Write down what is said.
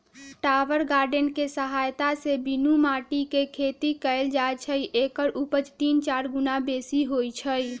tower garden कें सहायत से बीनु माटीके खेती कएल जाइ छइ एकर उपज तीन चार गुन्ना बेशी होइ छइ